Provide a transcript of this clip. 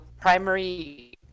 primary